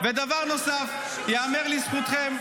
אתה --- ודבר נוסף: ייאמר לזכותכם,